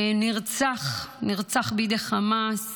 נרצח, נרצח בידי חמאס